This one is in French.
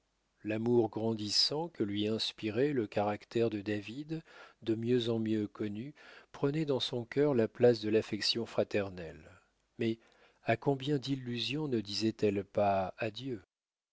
l'amour grandissant que lui inspirait le caractère de david de mieux en mieux connu prenait dans son cœur la place de l'affection fraternelle mais à combien d'illusions ne disait-elle pas adieu